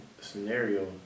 scenario